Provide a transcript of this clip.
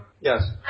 Yes